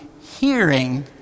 hearing